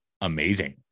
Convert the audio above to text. amazing